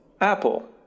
Apple